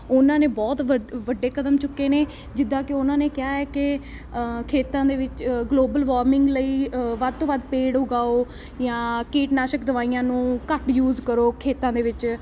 ਉਹਨਾਂ ਨੇ ਬਹੁਤ ਵੱ ਵੱਡੇ ਕਦਮ ਚੁੱਕੇ ਨੇ ਜਿੱਦਾਂ ਕਿ ਉਹਨਾਂ ਨੇ ਕਿਹਾ ਹੈ ਕਿ ਖੇਤਾਂ ਦੇ ਵਿੱਚ ਗਲੋਬਲ ਵਾਰਮਿੰਗ ਲਈ ਵੱਧ ਤੋਂ ਵੱਧ ਪੇੜ ਉਗਾਓ ਜਾਂ ਕੀਟਨਾਸ਼ਕ ਦਵਾਈਆਂ ਨੂੰ ਘੱਟ ਯੂਜ ਕਰੋ ਖੇਤਾਂ ਦੇ ਵਿੱਚ